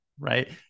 Right